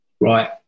right